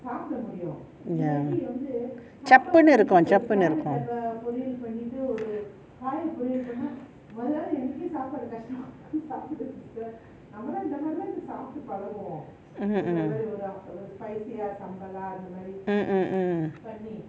ya சப்புன்னு இருக்கும்:sapunu iruklum mm mm mm mm mm